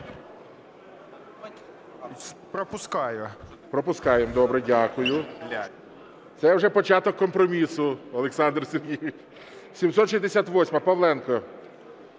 ГОЛОВУЮЧИЙ. Пропускаємо, добре. Дякую. Це вже початок компромісу, Олександр Сергійович. 768-а, Павленко.